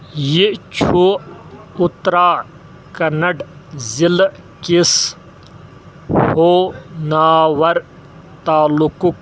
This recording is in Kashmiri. یہِ چھ اُترا کنڈ ضِلعہٕ کِس ہوناور تالُکُک